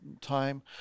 time